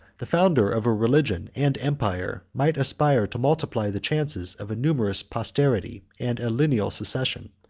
the founder of a religion and empire might aspire to multiply the chances of a numerous posterity and a lineal succession.